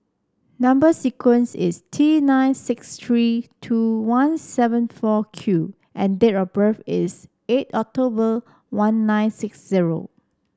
number sequence is T nine six three two one seven four Q and date of birth is eight October one nine six zero